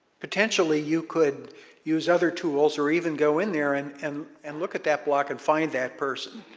potentially, you could use other tools or even go in there and and and look at that block and find that person.